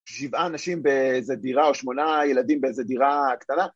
שבעה נשים באיזה דירה או שמונה ילדים באיזה דירה קטנה